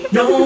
no